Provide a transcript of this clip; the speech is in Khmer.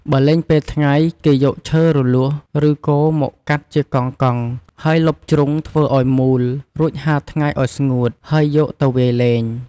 បើលេងពេលថ្ងៃ គេយកឈើរលួស ឬគរមកកាត់ជាកង់ៗ ហើយលុបជ្រុងធ្វើឲ្យមូលរួចហាលថ្ងៃឲ្យស្ងួត ហើយយកទៅវាយលេង ។